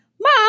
Mom